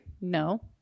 No